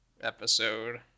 episode